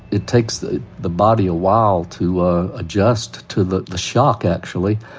it takes the the body a while to ah adjust to the the shock, actually,